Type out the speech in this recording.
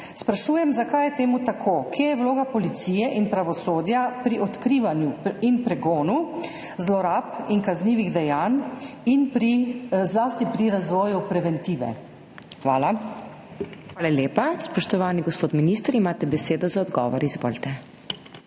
Sprašujem: Zakaj je temu tako? Kje je vloga policije in pravosodja pri odkrivanju in pregonu zlorab in kaznivih dejanj in zlasti pri razvoju preventive? Hvala. PODPREDSEDNICA MAG. MEIRA HOT: Hvala lepa. Spoštovani gospod minister, imate besedo za odgovor, izvolite.